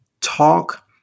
talk